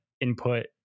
input